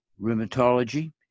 rheumatology